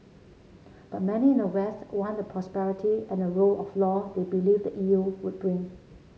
but many in the west want the prosperity and the rule of law they believe the E U would bring